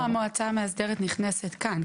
ואיפה המועצה המאסדרת נכנסת כאן?